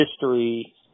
history